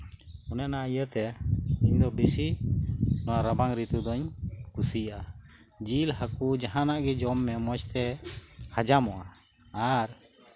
ᱚᱱᱮ ᱚᱱᱟ ᱤᱭᱟᱹᱛᱮ ᱴᱷᱤᱠ ᱨᱟᱵᱟᱝ ᱨᱤᱛᱩ ᱫᱚ ᱠᱩᱥᱤᱭᱟᱜᱼᱟ ᱡᱤᱞ ᱦᱟᱹᱠᱩ ᱡᱟᱦᱟᱱᱟᱜ ᱜᱮ ᱡᱚᱢ ᱢᱮ ᱢᱚᱡᱽᱛᱮ ᱦᱟᱡᱟᱢᱚᱜᱼᱟ ᱟᱨ